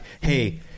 hey